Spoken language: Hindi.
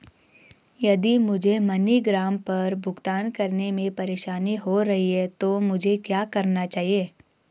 यदि मुझे मनीग्राम पर भुगतान करने में परेशानी हो रही है तो मुझे क्या करना चाहिए?